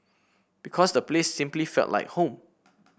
because the place simply felt like home